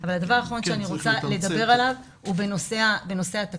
אבל הדבר האחרון שאני רוצה לדבר עליו הוא בנושא התקציבים.